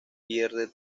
pierde